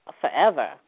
forever